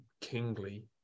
Kingly